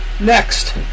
Next